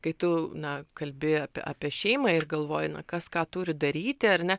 kai tu na kalbi apie apie šeimą ir galvoji na kas ką turi daryti ar ne